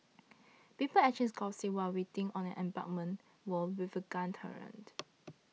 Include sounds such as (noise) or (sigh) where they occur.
people exchanged gossip while sitting on an embankment wall with a gun turret (noise)